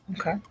Okay